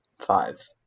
Five